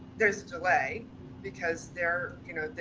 there's delay because they're, you know,